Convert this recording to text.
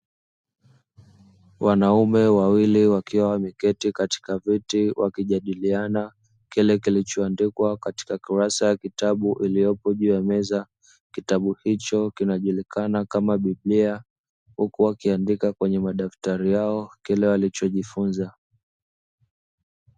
Wanaume wawili wakiwa wameketi katika viti wakijadiliana kile kilichoandikwa katika kurasa ya kitabu iliyopo juu ya meza, kitabu hicho kinajulikana kama biblia huku wakiandika kwenye madaftari yao kile walichojifunza.